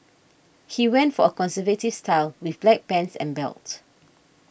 he went for a conservative style with black pants and belt